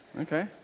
Okay